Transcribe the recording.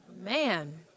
Man